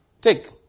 take